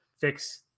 fix